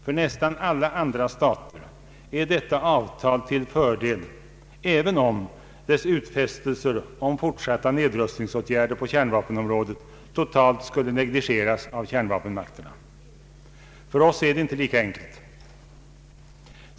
För nästan alla andra stater är detta avtal till fördel, även om dess utfästelser om fortsatta nedrustningsåtgärder på kärnvapenområdet totalt skulle negligeras av kärnvapenmakterna. För oss är det inte lika enkelt.